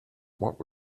what